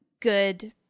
good